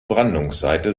brandungsseite